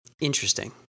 Interesting